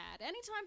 Anytime